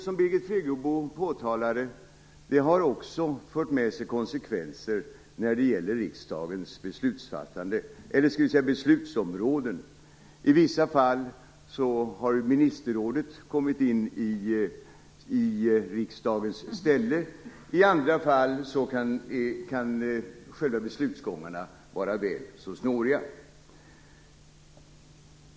Som Birgit Friggebo påtalade har det också fört med sig konsekvenser när det gäller riksdagens beslutsområden. I vissa fall har ministerrådet kommit in i riksdagens ställe, i andra fall kan själva beslutsgången vara väl så snårig.